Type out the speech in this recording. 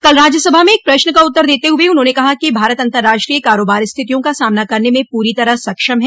कल राज्यसभा में एक प्रश्न का उत्तर देते हुए उन्होंने कहा कि भारत अंतर्राष्ट्रीय कारोबार स्थितियों का सामना करने में पूरी तरह सक्षम है